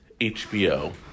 HBO